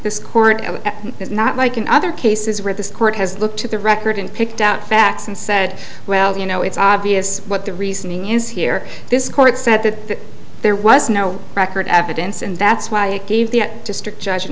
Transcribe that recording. this court is not like in other cases where the court has looked at the record and picked out facts and said well you know it's obvious what the reasoning is here this court said that there was no record evidence and that's why it gave the district judge an